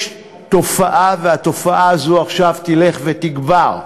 יש תופעה, והתופעה הזאת עכשיו תלך ותגבר,